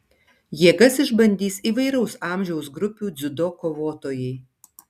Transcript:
jėgas išbandys įvairaus amžiaus grupių dziudo kovotojai